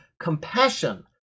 compassion